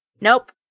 Nope